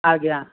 ଆଜ୍ଞା